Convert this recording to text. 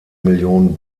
million